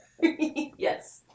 Yes